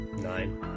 Nine